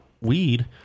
weed